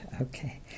Okay